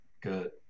good